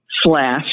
slash